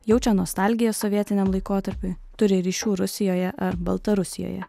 jaučia nostalgiją sovietiniam laikotarpiui turi ryšių rusijoje ar baltarusijoje